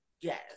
Yes